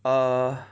err